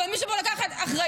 אבל מישהו פה לקח אחריות?